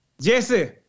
Jesse